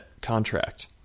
contract